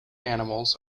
animals